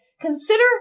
Consider